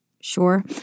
Sure